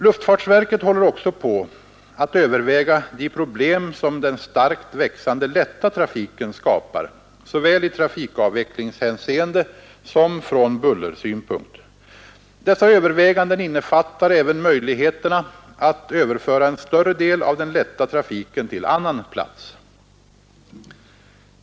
Luftfartsverket håller också på att överväga de problem som den starkt växande lätta trafiken skapar såväl i trafikavvecklingshänseende som från bullersynpunkt. Dessa överväganden innefattar även möjligheterna att överföra en större del av den lätta trafiken till annan plats.